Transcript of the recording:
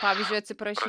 pavyzdžiui atsiprašyti